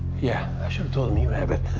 yeah, i should've told em you have it.